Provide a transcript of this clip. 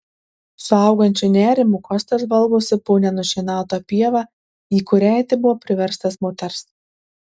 su augančiu nerimu kostas žvalgosi po nenušienautą pievą į kurią eiti buvo priverstas moters